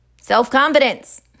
self-confidence